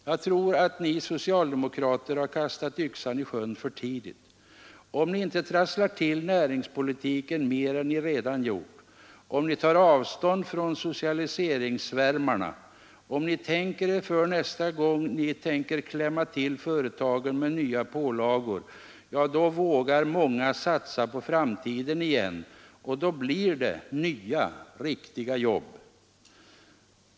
Jag tror att ni socialdemokrater har kastat yxan i sjön för tidigt. Om ni inte trasslar till näringspolitiken mer än ni redan gjort, om ni tar avstånd från socialiseringssvärmarna, om ni tänker er för nästa gång ni ämnar klämma till företagen med nya pålagor —ja, då vågar många satsa på framtiden igen och då blir det nya, riktiga jobb.